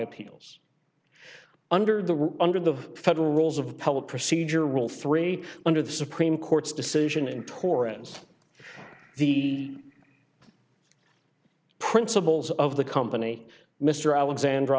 appeals under the under the federal rules of public procedure rule three under the supreme court's decision in torrance the principles of the company mr alexand